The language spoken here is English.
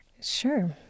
Sure